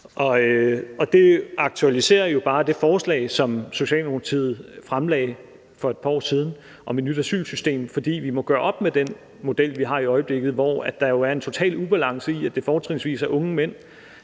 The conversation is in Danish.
Det aktualiserer jo bare det forslag, som Socialdemokratiet fremlagde for et par år siden om et nyt asylsystem. For vi må gøre op med den model, vi har i øjeblikket, hvor der jo er en total ubalance, fordi det fortrinsvis er unge mænd